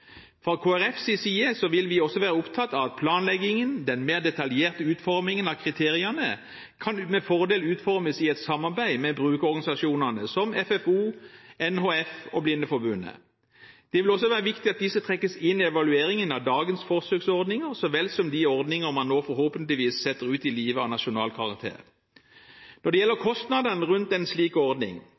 Fra Kristelig Folkepartis side vil vi også være opptatt av at planleggingen, den mer detaljerte utformingen av kriteriene, med fordel kan utformes i samarbeid med brukerorganisasjonene, som FFO, NHF og Blindeforbundet. Det vil også være viktig at disse trekkes inn i evalueringen av dagens forsøksordninger så vel som de ordninger man nå forhåpentligvis setter ut i livet av nasjonal karakter. Når det gjelder kostnadene rundt en slik ordning,